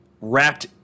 wrapped